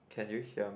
can you hear me